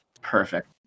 Perfect